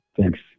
Thanks